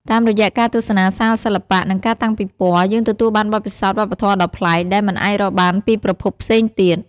តាមរយៈការទស្សនាសាលសិល្បៈ និងការតាំងពិពណ៌ យើងទទួលបានបទពិសោធន៍វប្បធម៌ដ៏ប្លែក ដែលមិនអាចរកបានពីប្រភពផ្សេងទៀត។